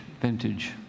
vintage